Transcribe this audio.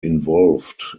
involved